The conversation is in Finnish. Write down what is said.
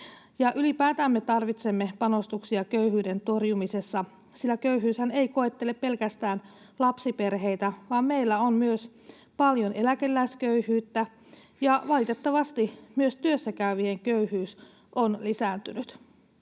Ylipäätään me tarvitsemme panostuksia köyhyyden torjumiseen, sillä köyhyyshän ei koettele pelkästään lapsiperheitä, vaan meillä on myös paljon eläkeläisköyhyyttä, ja valitettavasti myös työssäkäyvien köyhyys on lisääntynyt.